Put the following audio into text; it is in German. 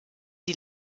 die